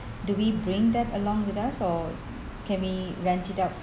do we bring them along with us or can we rent it out